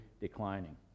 declining